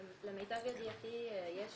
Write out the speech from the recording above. למיטב ידיעתי יש